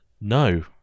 No